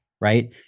right